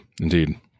indeed